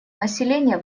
населения